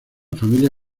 familia